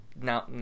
now